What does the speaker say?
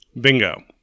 Bingo